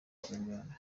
kinyarwanda